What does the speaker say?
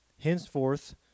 Henceforth